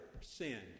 sinned